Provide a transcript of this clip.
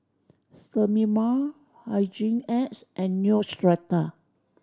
Sterimar Hygin X and Neostrata